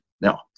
now